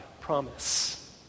promise